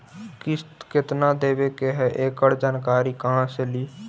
किस्त केत्ना देबे के है एकड़ जानकारी कहा से ली?